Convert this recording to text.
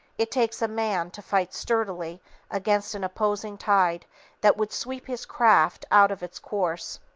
it takes a man to fight sturdily against an opposing tide that would sweep his craft out of its course.